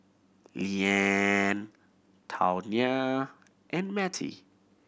Leeann Tawnya and Mattie